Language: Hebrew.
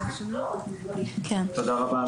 תודה רבה.